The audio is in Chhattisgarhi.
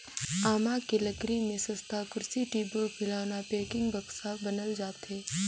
आमा के लकरी में सस्तहा कुरसी, टेबुल, खिलउना, पेकिंग, बक्सा बनाल जाथे